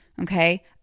Okay